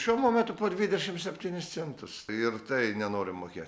šiuo momentu po dvidešimt septynis centus ir tai nenori mokėt